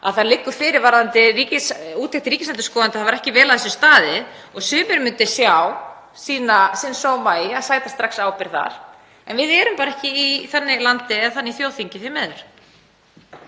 að það liggur fyrir varðandi úttekt ríkisendurskoðanda að það var ekki vel að þessu staðið og sumir myndu sjá sóma sinn í að taka strax ábyrgð. En við erum ekki í þannig landi eða þannig þjóðþingi, því miður.